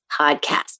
Podcast